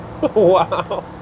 Wow